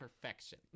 Perfection